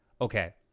Okay